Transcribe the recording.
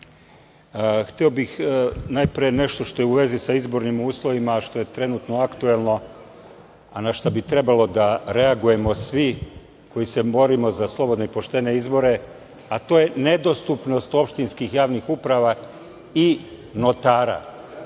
Hteo bih najpre nešto što je u vezi sa izbornim uslovima, a što je trenutno aktuelno, a na šta bi trebalo da reagujemo svi koji se borimo za slobodne i poštene izbore, a to je nedostupnost opštinskih javnih uprava i